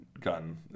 Gun